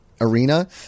arena